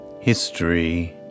History